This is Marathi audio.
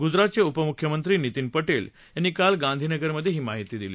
गुजरातचे उपमुख्यमंत्री नितीन पटेल यांनी काल गांधीनगरमधे ही माहिती दिली